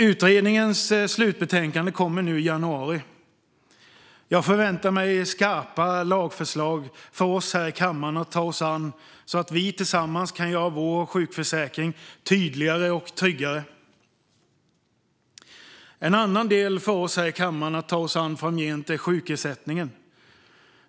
Utredningens slutbetänkande kommer nu i januari, och jag förväntar mig skarpa lagförslag för oss här i kammaren att ta oss an så att vi tillsammans kan göra sjukförsäkringen tydligare och tryggare. En annan del för oss här i kammaren att ta oss an framgent är sjukersättningen.